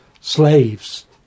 slaves